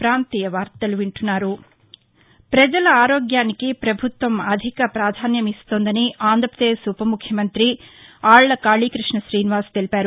ప్రపజల ఆరోగ్యానికి ప్రభుత్వం అధిక ప్రాధాన్యం ఇస్తోందని ఆంధ్రప్రదేశ్ ఉపముఖ్యమంతి ఆళ్చకాళీకృష్ణ గ్రీనివాస్ తెలిపారు